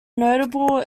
notable